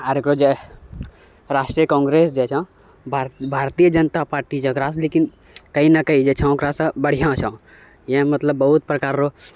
आओर एकरऽ जे राष्ट्रीय काङ्ग्रेस जे छऽ भारतीय जनता पार्टी जकरा लेकिन कहीँ ने कहीँ जे छऽ ओकरासँ बढ़िआँ छऽ यहाँ मतलब बहुत प्रकारऽ